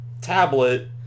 Tablet